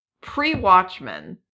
pre-Watchmen